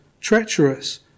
treacherous